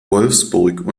wolfsburg